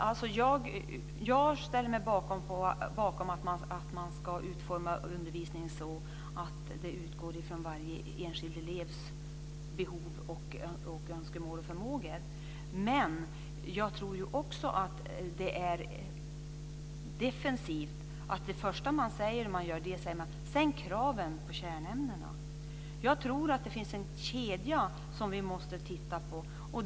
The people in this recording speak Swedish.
Fru talman! Jag ställer mig bakom att man ska utforma undervisningen så att den utgår ifrån varje enskild elevs behov, önskemål och förmåga. Men jag tycker också att det är defensivt att det första man säger är att man ska sänka kraven i kärnämnena. Jag tror att det finns en kedja som vi måste titta på.